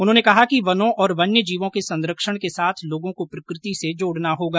उन्होंने कहा कि वनों और वन्य जीवों के संरक्षण के साथ लोगों को प्रकृति से जोड़ना होगा